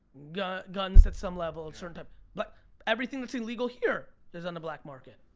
guns guns at some level, a certain type, but everything that's illegal here is on the black market.